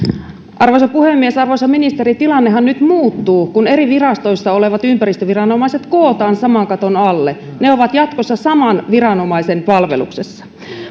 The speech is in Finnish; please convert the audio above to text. arvoisa puhemies arvoisa ministeri tilannehan nyt muuttuu kun eri virastoissa olevat ympäristöviranomaiset kootaan saman katon alle ne ovat jatkossa saman viranomaisen palveluksessa